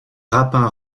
rapin